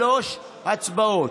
שלוש הצבעות.